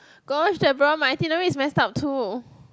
my itinerary is messed up too